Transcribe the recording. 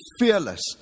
fearless